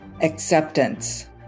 acceptance